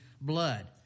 blood